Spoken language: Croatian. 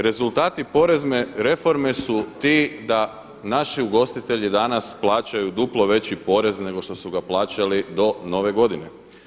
Rezultati porezne reforme su ti da naši ugostitelji danas plaćaju duplo veći porez nego što su ga plaćali do Nove godine.